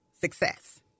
success